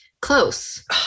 Close